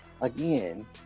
again